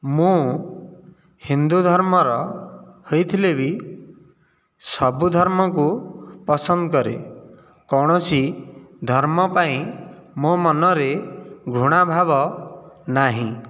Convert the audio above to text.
ମୁଁ ହିନ୍ଦୁଧର୍ମର ହୋଇଥିଲେ ବି ସବୁ ଧର୍ମକୁ ପସନ୍ଦ କରେ କୌଣସି ଧର୍ମପାଇଁ ମୋ ମନରେ ଘୃଣାଭାବ ନାହିଁ